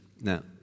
Now